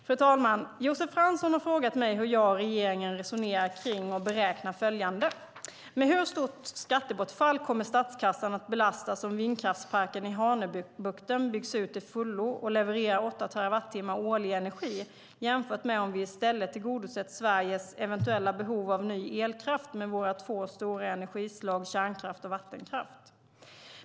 Fru talman! Josef Fransson har frågat mig hur jag och regeringen resonerar kring och beräknar följande: Med hur stort skattebortfall kommer statskassan att belastas om vindkraftsparken i Hanöbukten byggs ut till fullo och levererar åtta terawattimmar årlig energi jämfört med om vi i stället tillgodosett Sveriges eventuella behov av ny elkraft med våra två stora energislag kärnkraft och vattenkraft?